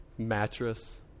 mattress